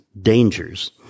dangers